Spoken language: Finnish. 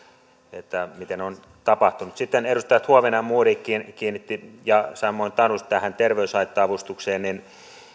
miten on tapahtunut edustajat huovinen modig ja tanus kiinnittivät huomiota terveyshaitta avustukseen